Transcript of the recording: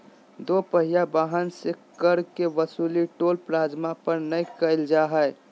दो पहिया वाहन से कर के वसूली टोल प्लाजा पर नय कईल जा हइ